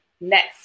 next